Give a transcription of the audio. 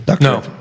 No